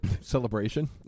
celebration